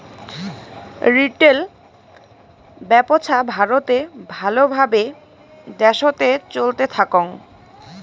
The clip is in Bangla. রিটেল ব্যপছা ভারতে ভাল ভাবে দ্যাশোতে চলতে থাকং